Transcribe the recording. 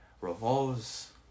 revolves